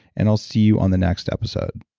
and i'll see you on the next episode